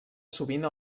sovint